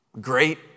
great